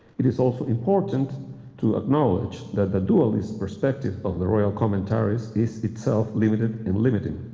it is also important to acknowledge that the dualist perspective of the royal commentaries is itself limited and limiting.